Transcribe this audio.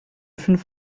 fünf